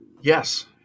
Yes